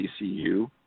ECU